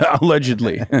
allegedly